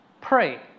pray